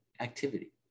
activity